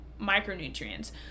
micronutrients